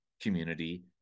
community